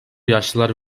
yaşlılar